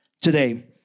today